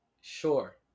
sure